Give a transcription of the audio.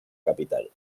capital